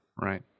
Right